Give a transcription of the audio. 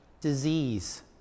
disease